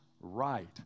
right